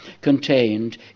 contained